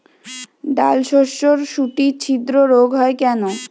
ডালশস্যর শুটি ছিদ্র রোগ হয় কেন?